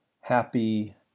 happy